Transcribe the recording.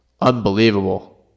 unbelievable